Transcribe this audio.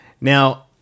Now